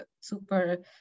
super